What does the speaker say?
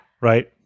Right